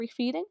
refeeding